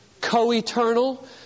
co-eternal